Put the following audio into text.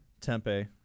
Tempe